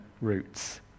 roots